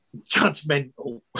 judgmental